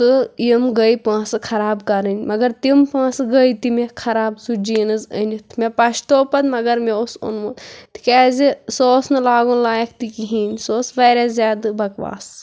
تہٕ یِم گٔے پوںٛسہٕ خراب کَرٕنۍ مگر تِم پونٛسہٕ گٔے تہِ مےٚ خراب سُہ جیٖنٕز أنِتھ مےٚ پشتوو پتہٕ مگر مےٚ اوس اوٚنمُت تِکیٛازِ سُہ اوس نہٕ لاگُن لایق تہِ کِہیٖنۍ سُہ اوس واریاہ زیادٕ بکواس